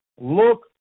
look